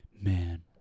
Man